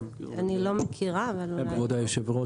אני לא מכירה, אבל אולי --- כבוד היושב-ראש,